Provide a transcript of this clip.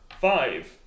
Five